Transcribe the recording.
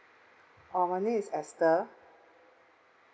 oh my name is esther